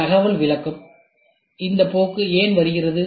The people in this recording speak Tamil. தகவல் விளக்கம் இந்த போக்கு ஏன் வருகிறது